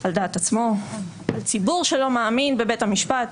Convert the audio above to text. על דעת עצמו, הציבור שלא מאמין בבית המשפט.